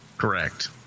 Correct